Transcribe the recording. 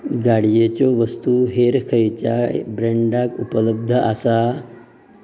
गाडयेच्यो वस्तू हेर खंयच्याय ब्रँडांत उपलब्ध आसात